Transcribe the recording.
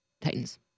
Titans